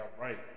right